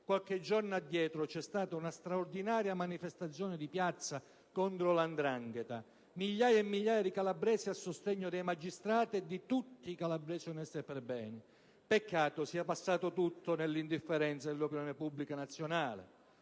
qualche giorno addietro c'è stata una straordinaria manifestazione di piazza contro la 'ndrangheta a cui migliaia e migliaia di calabresi hanno partecipato per sostenere i magistrati e tutti i calabresi onesti e perbene. Peccato sia passato tutto nell'indifferenza dell'opinione pubblica nazionale!